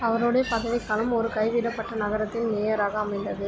அவருடைய பதவிக்காலம் ஒரு கைவிடப்பட்ட நகரத்தின் மேயராக அமைந்தது